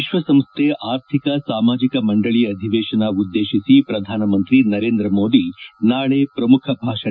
ವಿಶ್ವಸಂಸ್ವೆ ಆರ್ಥಿಕ ಸಾಮಾಜಿಕ ಮಂಡಳ ಅಧಿವೇಶನ ಉದ್ದೇಶಿಸಿ ಪ್ರಧಾನಮಂತ್ರಿ ನರೇಂದ್ರ ಮೋದಿ ನಾಳೆ ಪ್ರಮುಖ ಭಾಷಣ